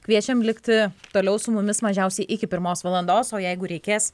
kviečiam likti toliau su mumis mažiausiai iki pirmos valandos o jeigu reikės